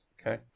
Okay